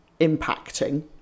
impacting